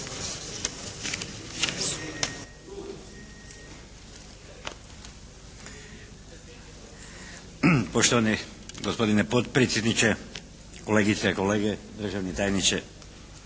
Poštovani gospodine potpredsjedniče, kolegice i kolege, državni tajniče.